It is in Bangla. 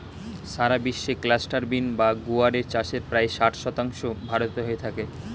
সারা বিশ্বে ক্লাস্টার বিন বা গুয়ার এর চাষের প্রায় ষাট শতাংশ ভারতে হয়ে থাকে